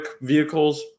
vehicles